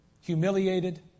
humiliated